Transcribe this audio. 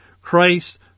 Christ